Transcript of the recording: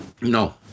no